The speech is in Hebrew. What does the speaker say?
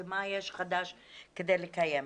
ומה יש חדש כדי לקיים.